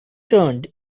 turned